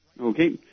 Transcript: Okay